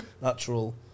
Natural